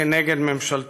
וכנגד ממשלתו.